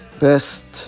best